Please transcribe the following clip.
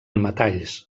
metalls